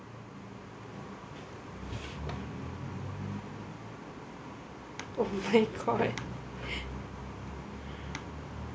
oh my god